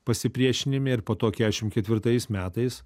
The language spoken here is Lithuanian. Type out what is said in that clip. pasipriešinime ir po to keturiasdešimt ketvirtais metais